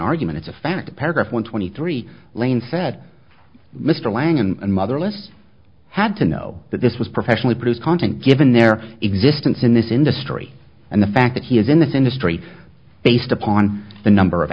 argument it's a fact paragraph one twenty three lane said mr lang and motherless had to know that this was professionally produced content given their existence in this industry and the fact that he is in this industry based upon the number of